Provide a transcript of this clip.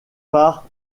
par